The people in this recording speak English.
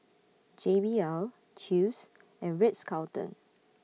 J B L Chew's and Ritz Carlton